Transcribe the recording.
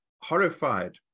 horrified